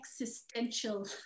existential